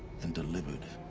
and delivered.